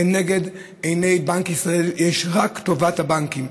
לנגד עיני בנק ישראל יש רק טובת הבנקים,